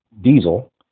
Diesel